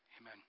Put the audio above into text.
amen